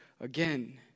Again